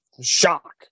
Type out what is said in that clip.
shock